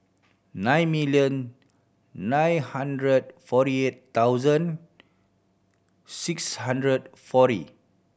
nine million nine hundred forty eight thousand six hundred forty